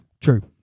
True